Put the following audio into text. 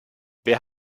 wer